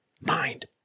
Mind